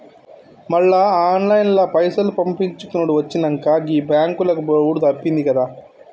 మళ్ల ఆన్లైన్ల పైసలు పంపిచ్చుకునుడు వచ్చినంక, గీ బాంకులకు పోవుడు తప్పిందిగదా